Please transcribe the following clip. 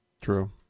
True